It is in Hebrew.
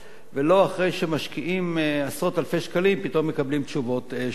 ולא אחרי שמשקיעים עשרות אלפי שקלים פתאום מקבלים תשובות שליליות.